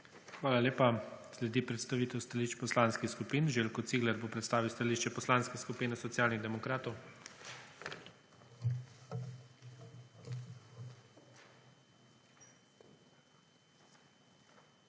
Hvala lepa. Sledi predstavitev stališč poslanskih skupin. Željko Cigler bo predstavil stališče Poslanske skupine Socialnih demokratov. ŽELJKO